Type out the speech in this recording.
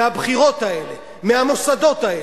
מהבחירות האלה מהמוסדות האלה.